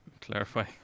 clarify